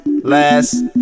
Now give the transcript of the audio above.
Last